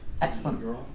Excellent